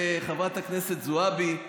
חברת הכנסת זועבי,